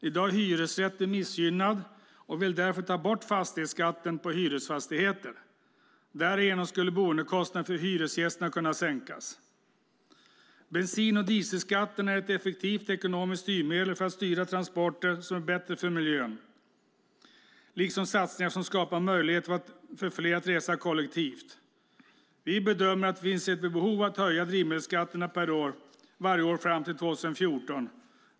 I dag är hyresrätten missgynnad, och vi vill därför ta bort fastighetsskatten på hyresfastigheter. Därigenom skulle boendekostnaderna för hyresgästerna kunna sänkas. Bensin och dieselskatten är ett effektivt ekonomiskt styrmedel för att styra till transporter som är bättre för miljön liksom satsningar som skapar möjligheter för fler att resa kollektivt. Vi bedömer att det finns ett behov av att höja drivmedelsskatterna varje år fram till 2014.